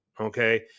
Okay